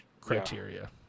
criteria